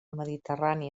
mediterrani